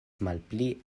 malpli